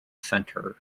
center